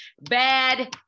Bad